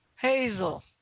Hazel